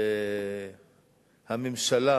והממשלה